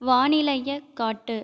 வானிலையை காட்டு